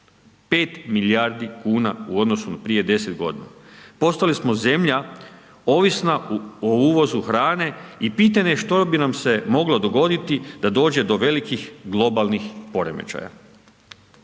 5 milijardi kuna u odnosnu na prije 10 godina. Postali smo zemlja ovisna o uvozu hrane i pitanje je što bi nam se moglo dogoditi da dođe do velikih globalnih poremećaja.